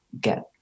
get